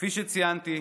כפי שציינתי,